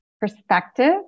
perspective